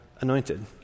anointed